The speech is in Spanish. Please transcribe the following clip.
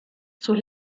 sus